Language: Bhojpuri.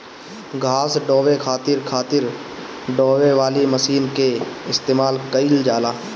घास ढोवे खातिर खातिर ढोवे वाली मशीन के इस्तेमाल कइल जाला